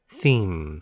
Theme